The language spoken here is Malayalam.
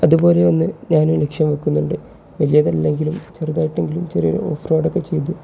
അതുപോലെ ഒന്ന് ഞാനും ലക്ഷ്യം വെക്കുന്നുണ്ട് വലിയതല്ലെങ്കിലും ചെറുതായിട്ടെങ്കിലും ചെറിയ ഓഫ് റോഡൊക്കെ ചെയ്ത്